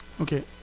Okay